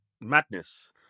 Madness